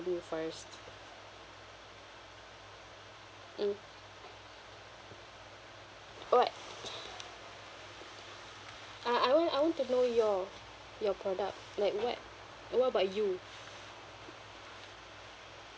you first mm what ah I want I want to know your your product like what what about you